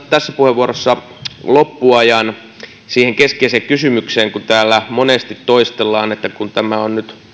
tässä puheenvuorossa loppuajan ainoastaan siihen keskeiseen kysymykseen että kun täällä monesti toistellaan että tämä on nyt